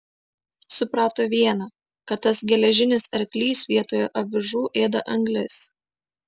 suprato viena kad tas geležinis arklys vietoje avižų ėda anglis